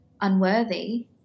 unworthy